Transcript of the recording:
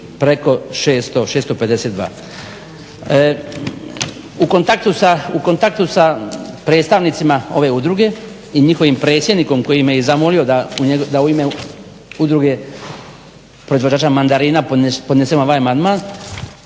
preko 652. U kontaktu sa predstavnicima ove udruge i njihovim predsjednikom koji me je zamolio da u ime udruge proizvođača mandarina ponesem ovaj amandman